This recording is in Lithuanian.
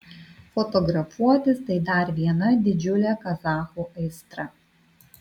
fotografuotis tai dar viena didžiulė kazachų aistra